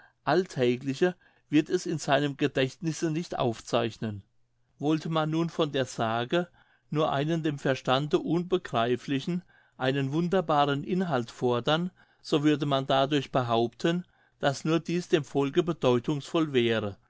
alltägliche wird es in seinem gedächtnisse nicht aufzeichnen wollte man nun von der sage nur einen dem verstande unbegreiflichen einen wunderbaren inhalt fordern so würde man dadurch behaupten daß nur dies dem volke bedeutungsvoll wäre